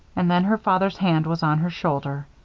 and then her father's hand was on her shoulder.